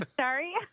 Sorry